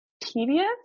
tedious